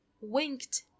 Winked